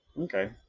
Okay